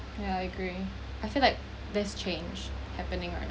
yeah I agree I feel like this change happening right now